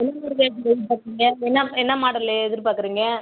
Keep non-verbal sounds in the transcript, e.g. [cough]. [unintelligible] என்ன என்ன மாடலில் எதிர்பார்க்குறீங்க